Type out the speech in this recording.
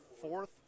fourth